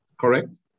Correct